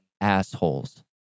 assholes